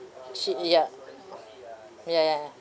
she ya ya ya